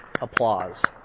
applause